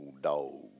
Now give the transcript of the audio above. dog